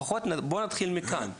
לפחות בוא נתחיל מכאן.